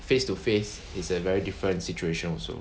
face to face is a very different situation also